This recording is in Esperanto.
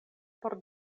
por